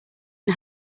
can